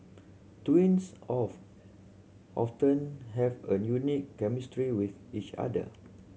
twins of often have a unique chemistry with each other